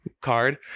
card